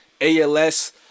ALS